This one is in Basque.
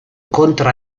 kontra